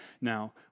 Now